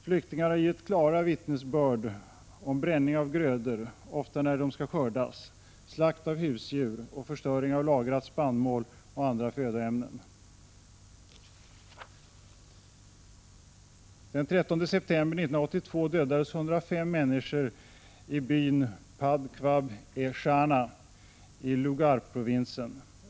Flyktingar har gett klara vittnesbörd om bränning av grödor, ofta när de skall skördas, slakt av husdjur och förstöring av lagrad spannmål och andra födoämnen. Den 13 september 1982 dödades 105 människor i byn Padkhwab-e-Shana i Lugarprovinsen.